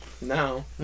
No